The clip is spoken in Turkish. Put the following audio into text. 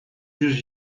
yüz